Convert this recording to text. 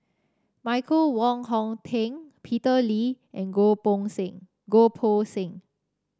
Michael Wong Hong Teng Peter Lee and Goh Seng Goh Poh Seng